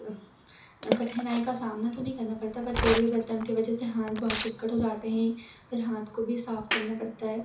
कठिनाई का सामना तो नहीं करना पड़ता बत तेलीय बर्तनों की वजे से हाथ बहुत चिक्कड़ हो जाते हें फिर हाथ को भी साफ़ करना पड़ता है